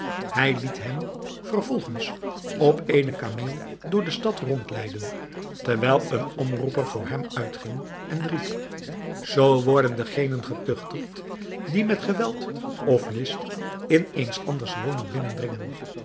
hij liet hem vervolgens op eenen kameel door de stad rondleiden terwijl een omroeper voor hem uitging en riep zoo worden degenen getuchtigd die met geweld of list in eens anders woning binnendringen